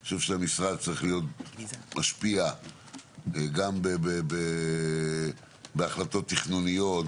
אני חושב שהמשרד צריך להיות משפיע גם בהחלטות תכנוניות,